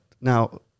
now